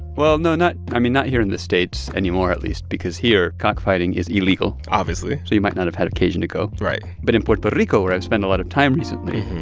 well, no, not i mean, not here in the states anymore, at least because here, cockfighting is illegal. obviously. so you might not have had an occasion to go right but in puerto rico, where i've spent a lot of time recently,